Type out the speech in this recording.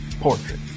portrait